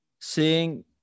Seeing